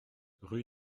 rue